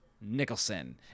nicholson